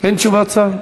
אין תשובת שר?